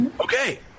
Okay